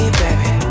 baby